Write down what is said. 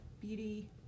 beauty